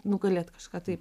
nugalėt kažką taip